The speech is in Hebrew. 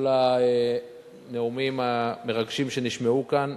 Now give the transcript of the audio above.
כל הנאומים המרגשים שנשמעו כאן,